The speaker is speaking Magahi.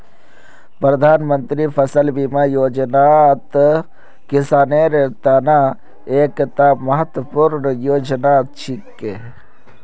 प्रधानमंत्री फसल बीमा योजनात किसानेर त न एकता महत्वपूर्ण योजना छिके